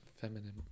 Feminine